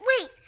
Wait